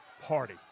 party